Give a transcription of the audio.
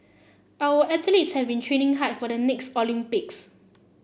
our athletes have been training hard for the next Olympics